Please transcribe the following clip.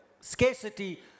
scarcity